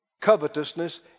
Covetousness